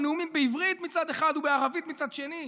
לנאומים בעברית מצד אחד ובערבית מצד שני,